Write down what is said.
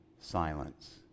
Silence